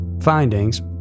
findings